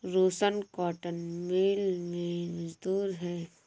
रोशन cotton mill में मजदूर है